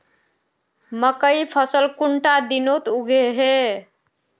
मकई फसल कुंडा दिनोत उगैहे?